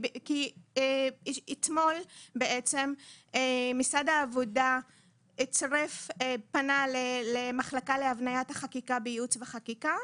כי אתמול משרד העבודה פנה למחלקה להבניית החקיקה בייעוץ וחקיקה.